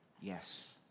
Yes